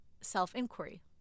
self-inquiry